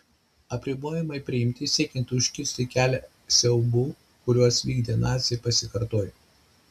apribojimai priimti siekiant užkirsti kelią siaubų kuriuos vykdė naciai pasikartojimui